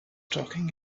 taking